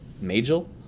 Majel